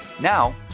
Now